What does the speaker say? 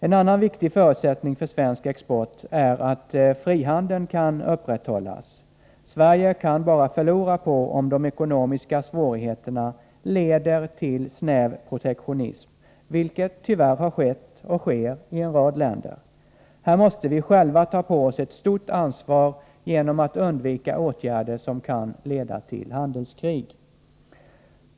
En annan viktig förutsättning för svensk export är att frihandeln kan upprätthållas. Sverige kan bara förlora om de ekonomiska svårigheterna leder till snäv protektionism, vilket tyvärr har skett och sker i en rad länder. Här måste vi själva ta på oss ett stort ansvar genom att undvika åtgärder som kan leda till handelskrig.